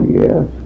yes